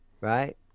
right